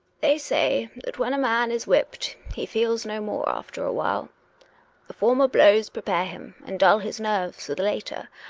they say that when a man is whipped he feels no more after awhile. the former blows prepare him and dull his nerves for the later,